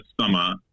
summer